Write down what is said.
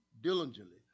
diligently